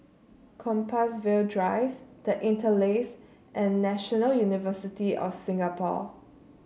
Compassvale Drive The Interlace and National University of Singapore